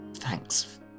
Thanks